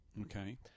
Okay